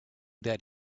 that